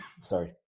sorry